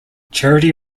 charity